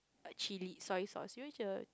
a chilli soy sauce you know